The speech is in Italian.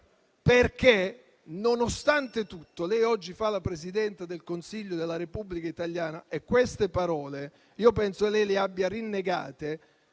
Perché, nonostante tutto, lei oggi fa la Presidente del Consiglio della Repubblica italiana e queste parole io penso lei le abbia rinnegate.